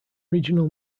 regional